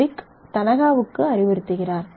கிரிக் தனகாவுக்கு அறிவுறுத்துகிறார்